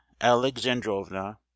Alexandrovna